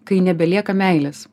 kai nebelieka meilės